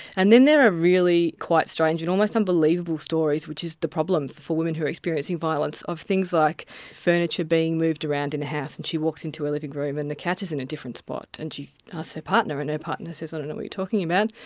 and then there are really quite strange and almost unbelievable stories, which is the problem for women who are experiencing violence, of things like furniture being moved around in the house and she walks into her living room and the couch is in a different spot and she asks her partner and her partner says, i don't know what you're talking about,